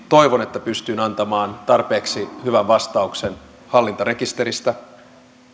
toivon että pystyin antamaan tarpeeksi hyvän vastauksen hallintarekisteristä